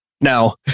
Now